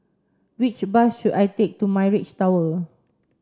which bus should I take to Mirage Tower